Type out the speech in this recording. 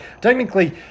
technically